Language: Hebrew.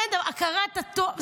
אין הכרת הטוב.